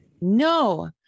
No